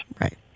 Right